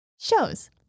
shows